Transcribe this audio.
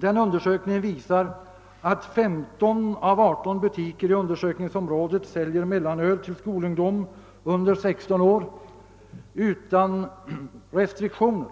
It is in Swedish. Denna undersökning visar att 15 av 18 butiker i undersökningsområdet säljer mellanöl till skolungdom under 16 år utan restriktioner.